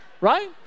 right